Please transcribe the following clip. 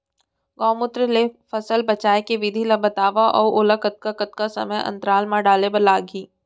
गौमूत्र ले फसल बचाए के विधि ला बतावव अऊ ओला कतका कतका समय अंतराल मा डाले बर लागही?